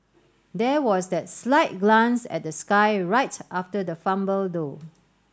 there was that slight glance at the sky right after the fumble though